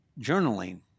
journaling